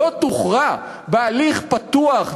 לא תוכרע בהליך פתוח,